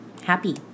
happy